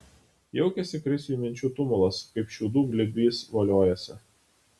jaukiasi krisiui minčių tumulas kaip šiaudų glėbys voliojasi